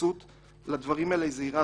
ההתייחסות לדברים האלה זהירה.